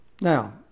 Now